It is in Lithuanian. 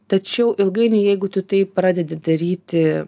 tačiau ilgainiui jeigu tu tai pradedi daryti